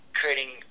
creating